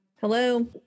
Hello